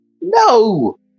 No